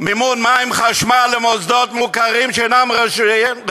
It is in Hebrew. מימון מים וחשמל למוסדות מוכרים שאינם רשמיים,